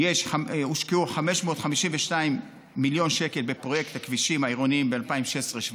הושקעו 552 מיליון שקל בפרויקט הכבישים העירוניים ב-2016 2017,